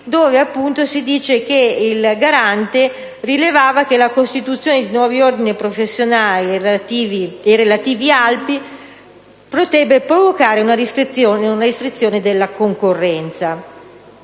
e altri si dice che il Garante rilevava che la costituzione di nuovi ordini professionali e relativi albi potrebbe provocare una restrizione della concorrenza,